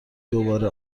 دوباره